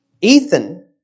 Ethan